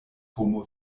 homa